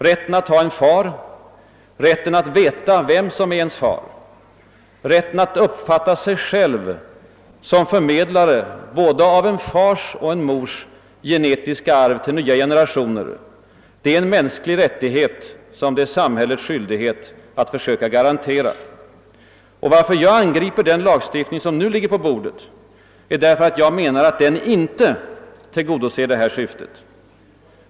Rätten att ha en far, rätten att veta vem som är ens far, rätten att uppfatta sig själv som förmedlare av både en fars och en mors genetiska arv till nya generationer är en mänsklig rättighet, som det är samhällets skyldighet att försöka garantera. Varför jag angriper det lagförslag som nu ligger på bordet är därför att det inte tillgodoser detta syfte.